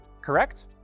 Correct